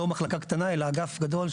לא מחלקה קטנה אלא אגף גדול,